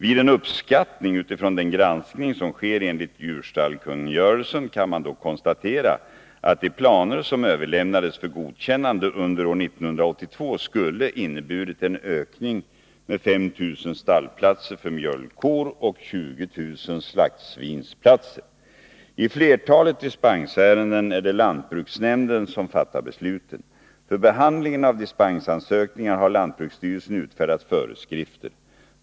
Vid en uppskattning utifrån den granskning som sker enligt djurstallskungörelsen kan man dock konstatera att de planer som överlämnades för godkännande under år 1982 skulle ha inneburit en ökning med 5 000 stallplatser för mjölkkor och 20 000 slaktsvinsplatser. I flertalet dispensärenden är det lantbruksnämnden som fattar besluten. För behandlingen av dispensansökningar har lantbruksstyrelsen utfärdat föreskrifter.